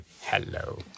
Hello